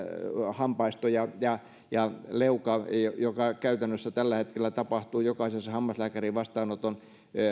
hampaistoa ja ja leukaa mikä käytännössä tällä hetkellä tapahtuu jokaisen hammaslääkärivastaanoton